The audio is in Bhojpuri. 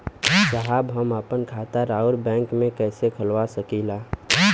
साहब हम आपन खाता राउर बैंक में कैसे खोलवा सकीला?